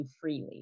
freely